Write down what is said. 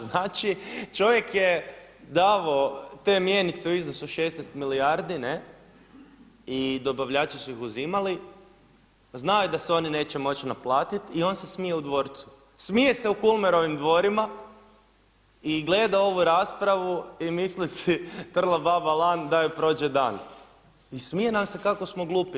Znači čovjek je davao te mjenice u iznosu od 16 milijardi, i dobavljači su ih uzimali, znaju da se oni neće moći naplatiti i on se smije u dvorcu, smije se u Kulmerovim dvorima i gleda ovu raspravu i misli si trla baba dlan da joj prođe dan i smije nam se kako smo glupi.